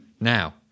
Now